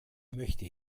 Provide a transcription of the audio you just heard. möchte